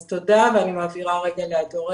אז תודה ואני מעבירה לאדורה.